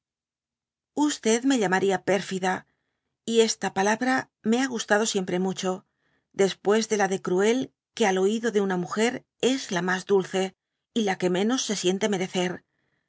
me llítfnia pérfida y esta palabra me ha gustado siempre mcho después de la de cruel que al oido de una muger es la mas dulce y la que menos se siente merecer